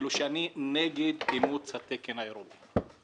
שאני נגד אימוץ השקר האירופי.